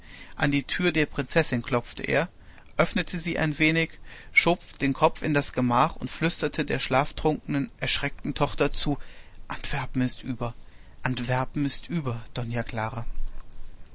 an die tür der prinzessin klopfte er öffnete sie ein wenig schob den kopf in das gemach und flüsterte der schlaftrunkenen erschreckten tochter zu antwerpen ist über antwerpen ist über doa clara